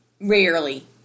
Rarely